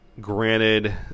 Granted